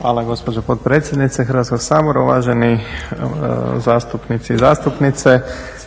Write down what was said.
Hvala gospođo potpredsjednice Hrvatskog sabora. Uvaženi zastupnici i zastupnice,